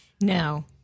no